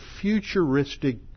futuristic